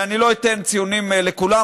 ואני לא אתן ציונים לכולם,